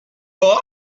war